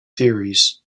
theories